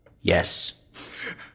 Yes